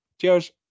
Cheers